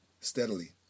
Steadily